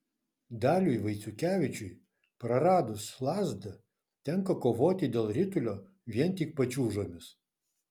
daliui vaiciukevičiui praradus lazdą tenka kovoti dėl ritulio vien tik pačiūžomis